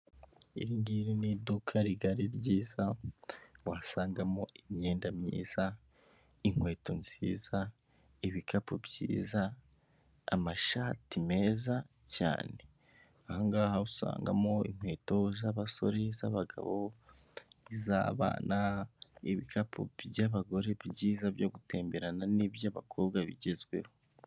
Iri ngiri ni iduka rigari ryiza wasangamo imyenda myiza, inkweto nziza, ibikapu byiza, amashati meza cyane. Aha ngaha usangamo inkweto z'abasore, z'abagabo, iz'abana, ibikapu by'abagore byiza byo gutemberana n'iby'abakobwa bigezweho.